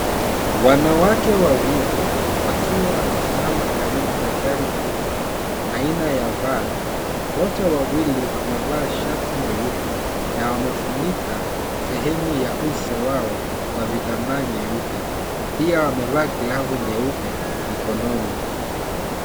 Wanawake wawili wakiwa wamesimama karibu na gari kubwa aina ya vani. Wote wawili wamevaa shati nyeupe na wamefunika sehemu ya uso wao kwa kitambaa nyeupe na pia wamevaa glavu nyeupe mikononi.